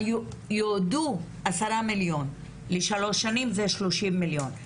אבל יועדו 10 מיליון לשלוש שנים, זה 30 מיליון.